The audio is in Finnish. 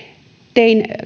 tein